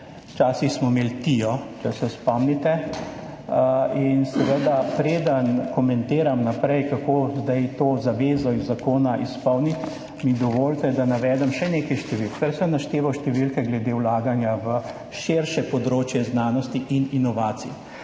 Slovenije – TIA, če se spomnite. Preden komentiram naprej, kako zdaj to zavezo iz zakona izpolniti, mi dovolite, da navedem še nekaj številk, prej sem našteval številke glede vlaganja v širše področje znanosti in inovacij.